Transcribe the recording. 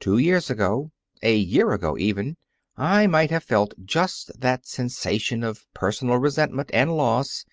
two years ago a year ago, even i might have felt just that sensation of personal resentment and loss.